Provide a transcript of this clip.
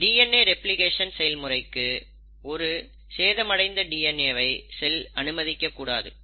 DNA replication செயல்முறைக்கு ஒரு சேதமடைந்த டிஎன்ஏ வை செல் அனுமதிக்கக் கூடாது